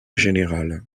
général